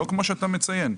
לא כמו שאתה מציין.